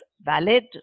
valid